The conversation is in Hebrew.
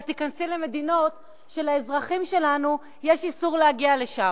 שאת תיכנסי למדינות שלאזרחים שלנו אסור להגיע לשם,